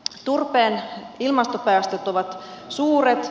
turpeen ilmastopäästöt ovat suuret